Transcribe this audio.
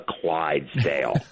Clydesdale